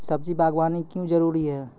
सब्जी बागवानी क्यो जरूरी?